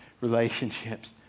Relationships